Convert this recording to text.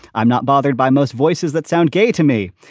i'm not bothered by most voices that sound gay to me.